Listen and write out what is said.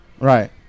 Right